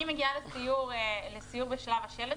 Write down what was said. אני מגיעה לסיור בשלב השלד,